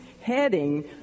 heading